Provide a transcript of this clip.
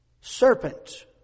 serpent